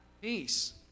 peace